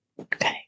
Okay